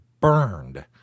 burned